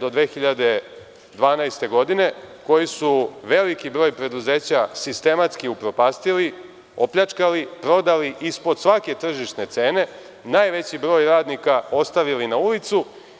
do 2012. godine, koji su veliki broj preduzeća sistematski upropastili, opljačkali, prodali ispod svake tržišne cene, najveći broj radnika ostavili na ulici.